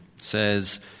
says